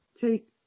take